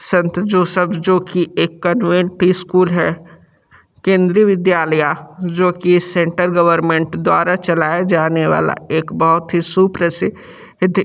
संत Joseph जो कि एक कन्वेंट स्कूल है केंद्रीय विद्यालय जो कि सेंटर गवर्मेंट द्वारा चलाया जाने वाला एक बहुत ही सुप्र सिद्ध